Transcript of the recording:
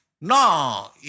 no